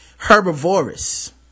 Herbivorous